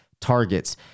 targets